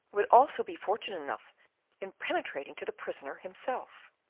would also be fortunate enough in penetrating to the prisoner himself.